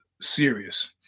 Serious